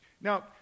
Now